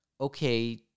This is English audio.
okay